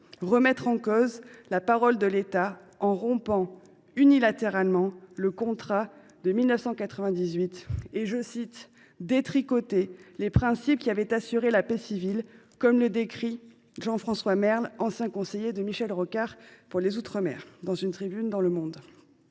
remettre en cause la parole de l’État en rompant, unilatéralement, le contrat de 1998, et « détricoter les principes qui […] avaient assuré la paix civile », comme le décrit Jean François Merle, ancien conseiller de Michel Rocard pour les outre mer, dans une tribune publiée dans.